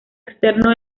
externo